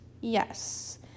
Yes